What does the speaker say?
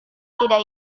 tidak